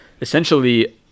essentially